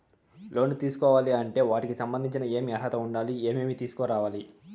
లోను తీసుకోవాలి అంటే వాటికి సంబంధించి ఏమి అర్హత ఉండాలి, ఏమేమి తీసుకురావాలి